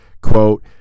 quote